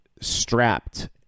strapped